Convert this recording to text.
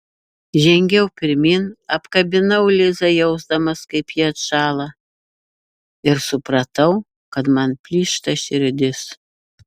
žengiau pirmyn apkabinau lizą jausdamas kaip ji atšąla ir supratau kad man plyšta širdis